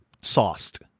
sauced